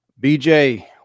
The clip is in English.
bj